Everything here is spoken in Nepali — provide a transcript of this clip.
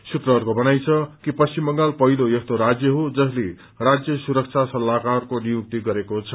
सूत्रहरूको भनाई छ कि पश्चिम बंगाल पहिलो यस्तो राज्य हो जसले राज्य सुरक्षा सल्लाहकारको नियुक्ति गरेको छ